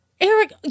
Eric